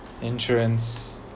insurance